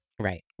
Right